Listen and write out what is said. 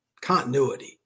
continuity